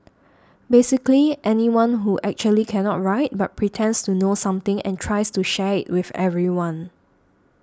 basically anyone who actually cannot write but pretends to know something and tries to share it with everyone